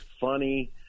funny